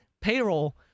payroll